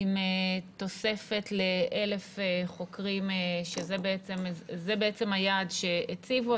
עם תוספת ל-1,000 חוקרים שזה בעצם היעד שהציבו,